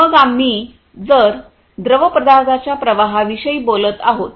मग आम्ही जर द्रवपदार्थाच्या प्रवाहाविषयी बोलत आहोत